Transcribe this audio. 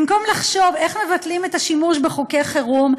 במקום לחשוב איך מבטלים את השימוש בחוקי חירום,